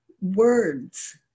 words